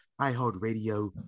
iHeartRadio